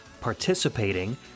participating